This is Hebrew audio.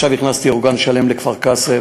עכשיו הכנסתי אורגן שלם לכפר-קאסם,